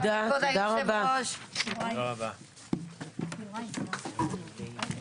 הישיבה ננעלה בשעה